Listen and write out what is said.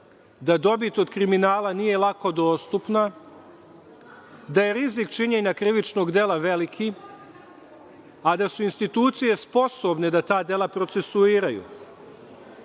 da dobit od kriminala nije lako dostupna, da je rizik činjenja krivičnog dela veliki, a da su institucije sposobne da ta dela procesuiraju. Tu